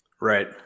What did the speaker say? right